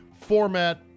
Format